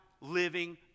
living